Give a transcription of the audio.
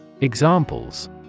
Examples